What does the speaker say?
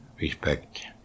respect